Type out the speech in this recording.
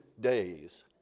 days